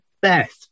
Beth